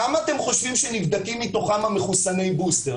כמה אתם חושבים שמתוך הנבדקים האלה הם מחוסני בוסטר?